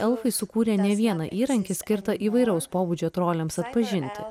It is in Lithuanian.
elfai sukūrė ne vieną įrankį skirtą įvairaus pobūdžio troliams atpažinti